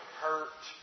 hurt